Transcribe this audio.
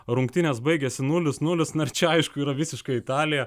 rungtynės baigėsi nulis nuliks na ir čia aišku yra visiškai italija